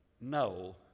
no